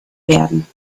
werden